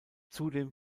zudem